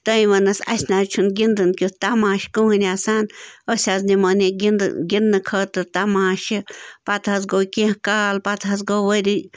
تٔمۍ ووٚنٛنَس اَسہِ نَہ حظ چھُنہٕ گِنٛدُن کیُتھ تَماش کٕہۭنۍ آسان أسۍ حظ نِمون یہِ گِنٛدنہٕ خٲطرٕ تماشہٕ پَتہٕ حظ گوٚو کیٚنٛہہ کال پَتہٕ حظ گوٚو ؤری